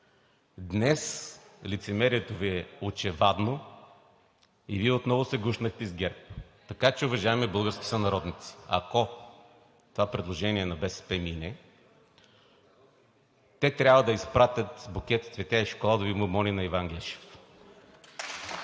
Днес лицемерието Ви е очевадно и Вие отново се гушнахте с ГЕРБ. Така че, уважаеми български сънародници, ако това предложение на БСП мине, те трябва да изпратят букет с цветя и шоколадови бонбони на Иван Гешев.